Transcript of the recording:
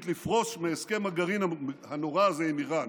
לפרוש מהסכם הגרעין הנורא הזה עם איראן.